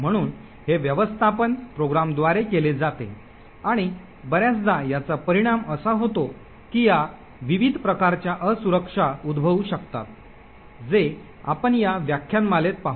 म्हणून हे व्यवस्थापन प्रोग्रामद्वारे केले जाते आणि बर्याचदा याचा परिणाम असा होतो की या विविध प्रकारच्या असुरक्षा उद्भवू शकतात जे आपण या व्याख्यानमालेत पाहू